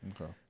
Okay